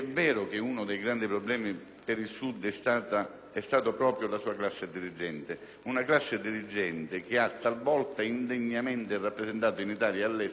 per il Sud è stata proprio la sua classe dirigente, che ha talvolta indegnamente rappresentato in Italia e all'estero il Mezzogiorno e l'Italia intera.